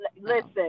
Listen